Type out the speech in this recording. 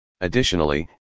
Additionally